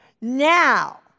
now